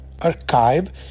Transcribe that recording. archive